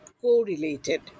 correlated